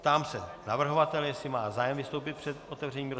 Ptám se navrhovatele, jestli má zájem vystoupit před otevřením rozpravy.